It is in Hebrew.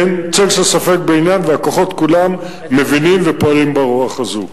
אין צל של ספק בעניין והכוחות כולם מבינים ופועלים ברוח הזו.